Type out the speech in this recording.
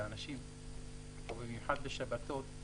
במיוחד בשבתות,